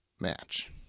match